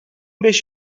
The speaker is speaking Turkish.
beş